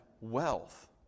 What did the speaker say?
wealth